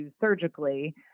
surgically